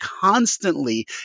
constantly